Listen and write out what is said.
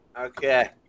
Okay